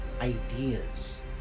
ideas